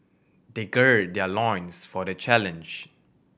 they gird their loins for the challenge